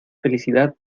felicidad